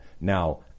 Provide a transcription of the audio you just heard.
now